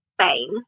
Spain